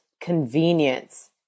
convenience